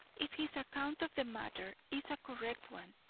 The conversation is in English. if his account of the matter is a correct one,